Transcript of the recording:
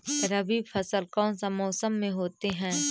रवि फसल कौन सा मौसम में होते हैं?